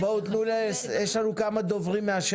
נעשה סבב דוברים מבין